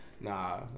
nah